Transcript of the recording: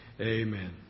Amen